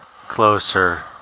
closer